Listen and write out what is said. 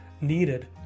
needed